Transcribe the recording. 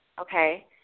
okay